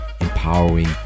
empowering